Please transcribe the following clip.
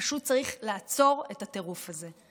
פשוט צריך לעצור את הטירוף הזה.